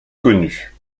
connu